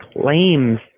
claims